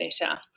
better